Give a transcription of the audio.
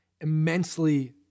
immensely